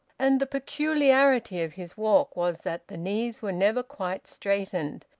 and the peculiarity of his walk was that the knees were never quite straightened,